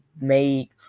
make